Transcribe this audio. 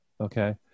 Okay